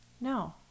No